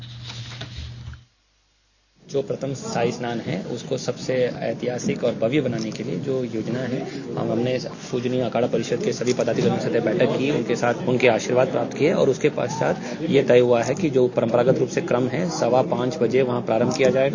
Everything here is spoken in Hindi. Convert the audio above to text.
बाइट जो प्रथम शाही स्नान है उसको सबसे ऐतिहासिक और भव्य बनाने के लिये जो योजना है अब हमने प्रजनीय अखाड़ा परिषद के सभी पदाधिकारियों के साथ बैठक की उनके आशीर्वाद प्राप्त किया और उसके पश्चात यह तय हुआ है कि जो परम्परागत रूप से क्रम है सवा पांच बजे वहां प्रारम्भ किया जायेगा